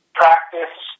practice